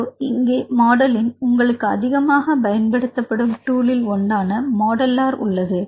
இதோ இங்கே மாடலின் உங்களுக்கு அதிகமாக பயன்படுத்தப்படும் டூல் ஒன்றான மாடெல்லேர் உள்ளது